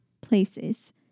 places